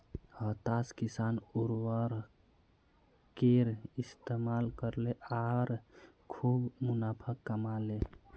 हताश किसान उर्वरकेर इस्तमाल करले आर खूब मुनाफ़ा कमा ले